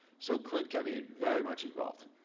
so clint kept me ah very much involved.